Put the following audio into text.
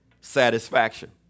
satisfaction